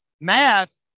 math